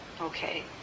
Okay